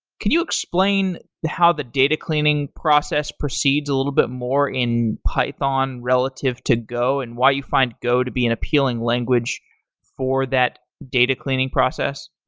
could you explain how the data cleaning process proceeds a little bit more in python relative to go and why you find go to be an appealing language for that data cleaning process?